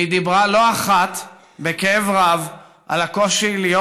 והיא דיברה לא אחת בכאב רב על הקושי להיות